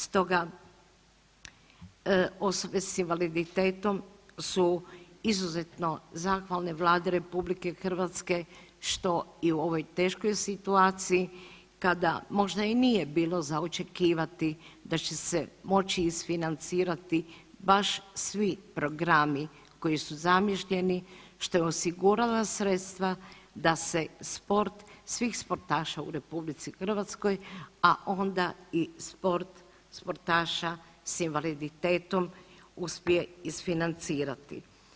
Stoga osobe s invaliditetom su izuzetno zahvalne Vladi RH što i u ovoj teškoj situaciji kada možda i nije bilo za očekivati da će se moći isfinancirati baš svi programi koji su zamišljeni, što je osigurala sredstva da se sport svih sportaša u RH, a onda i sportaša s invaliditetom uspije isfinancirati.